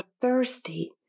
thirsty